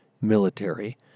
military